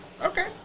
okay